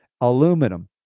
aluminum